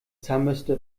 zahnbürste